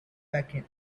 blackened